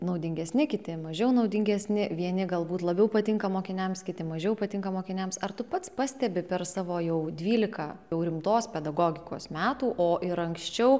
naudingesni kiti mažiau naudingesni vieni galbūt labiau patinka mokiniams kiti mažiau patinka mokiniams ar tu pats pastebi per savo jau dvylika jau rimtos pedagogikos metų o ir anksčiau